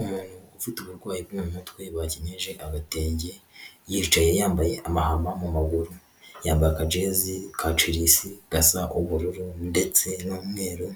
Umuntu ufite uburwayi bwo mu mutwe bakenyeje agatenge yicaye yambaye amahama mu maguru, yambaye akajezi ka chelsea gasa ubururu ndetse n'umweru,